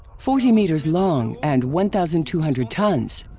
forty meters long and one thousand two hundred tons!